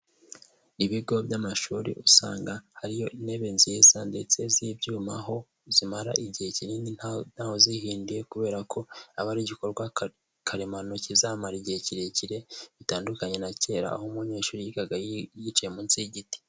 Ibigo by'amashuri usanga hariyo intebe nziza ndetse z'ibyuma, aho zimara igihe kinini ntawe uzihinduye kubera ko aba ari igikorwa karemano kizamara igihe kirekire, bitandukanye na kera aho umunyeshuri yigaga yicaye munsi y'igiti.